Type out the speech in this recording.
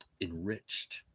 enriched